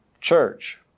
church